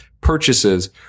purchases